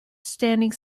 standing